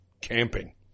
camping